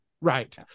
right